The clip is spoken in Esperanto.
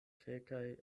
kelkaj